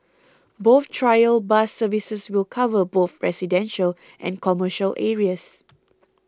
both trial bus services will cover both residential and commercial areas